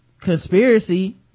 conspiracy